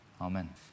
Amen